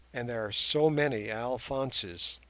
and there are so many alphonses.